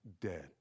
dead